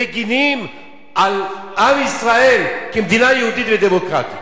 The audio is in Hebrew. מגינים על עם ישראל במדינה יהודית ודמוקרטית.